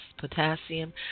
potassium